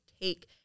take